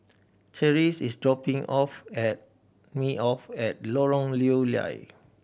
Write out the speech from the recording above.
Terese is dropping off at me off at Lorong Lew Lian